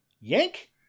yank